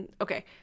Okay